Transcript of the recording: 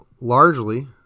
largely